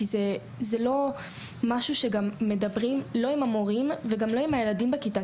כי זה לא משהו שגם מדברים עם המורים וגם לא עם הילדים בכיתה,